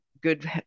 good